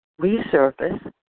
resurface